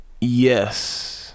Yes